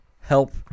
help